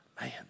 Man